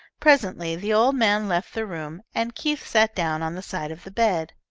presently the old man left the room and keith sat down on the side of the bed.